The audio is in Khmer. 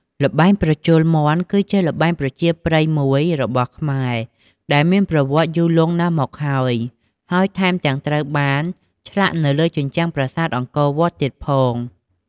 ល្បែងប្រជល់មាន់ គឺជាល្បែងប្រជាប្រិយមួយរបស់ខ្មែរ ដែលមានប្រវត្តិយូរលង់ណាស់មកហើយ ហើយថែមទាំងត្រូវបានឆ្លាក់នៅលើជញ្ជាំងប្រាសាទអង្គរវត្តទៀតផង ។